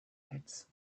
pits